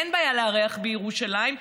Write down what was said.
אין בעיה לארח בירושלים,